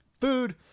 Food